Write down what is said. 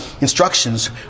instructions